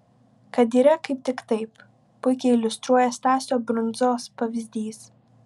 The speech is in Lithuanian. kad yra kaip tik taip puikiai iliustruoja stasio brundzos pavyzdys